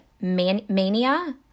mania